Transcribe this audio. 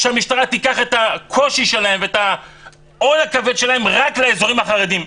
שהמשטרה תיקח את הקושי שלהם ואת העול שלהם רק לאזורים החרדיים,